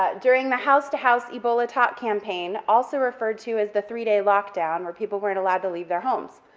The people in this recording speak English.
ah during the house to house ebola talk campaign, also referred to as the three day lockdown, where people weren't allowed to leave their homes,